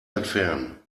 entfernen